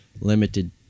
limited